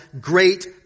great